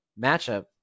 matchup